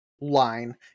line